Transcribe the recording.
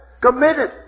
committed